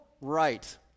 right